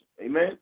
Amen